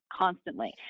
constantly